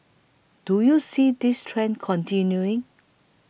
do you see this trend continuing